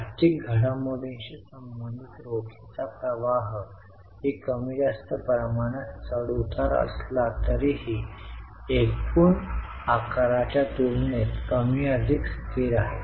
आर्थिक घडामोडींशी संबंधित रोखीचा प्रवाह ही कमी जास्त प्रमाणात चढउतार असला तरीही एकूण आकाराच्या तुलनेत कमी अधिक स्थिर आहे